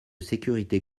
sécurité